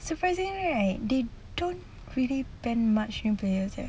surprisingly right they don't really ban much new players